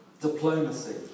diplomacy